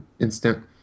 Instant